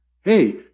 hey